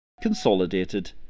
consolidated